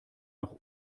noch